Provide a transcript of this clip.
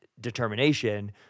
determination